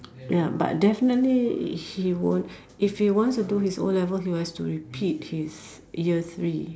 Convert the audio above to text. ya but definitely he won't if he wants to do his O-levels he has to repeat his year three